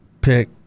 pick